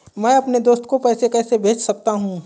मैं अपने दोस्त को पैसे कैसे भेज सकता हूँ?